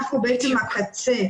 אנחנו בעצם הקצה,